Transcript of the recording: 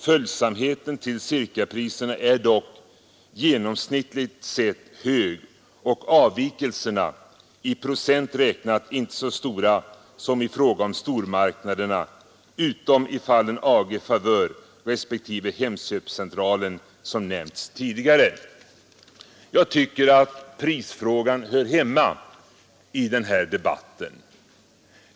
Följsamheten till cirkapriserna är dock genomsnittligt hög och avvikelserna i procent räknat inte så stora som i fråga om stormarknaderna — utom i fallen AG Favör respektive Hemköpscentralen som nämnts tidigare. Jag anser att prisfrågan hör hemma i den här debatten.